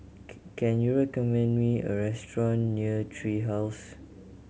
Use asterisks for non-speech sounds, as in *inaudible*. *hesitation* can you recommend me a restaurant near Tree House